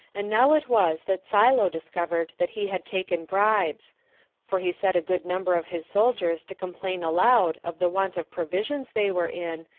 and now it was that silo discovered that he had taken bribes for he set a good number of his soldiers to complain aloud of the want of provisions they were in,